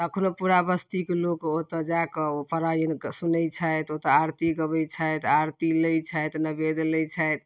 तखनो पूरा बस्ती कऽ लोक ओतऽ जाय कऽ ओ परायण कऽ सुनैत छथि ओतऽ आरती गबैत छथि आरती लै छथि नैवेद्य लै छथि